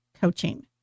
coaching